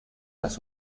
las